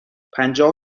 پنجاه